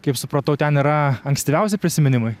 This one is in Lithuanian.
kaip supratau ten yra ankstyviausi prisiminimai